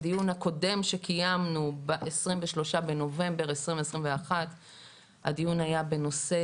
בדיון הקודם שקיימנו ב-23 בנובמבר 2021 הדיון היה בנושא